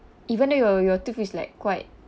even though your your tooth is like quite